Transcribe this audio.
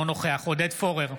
אינו נוכח עודד פורר,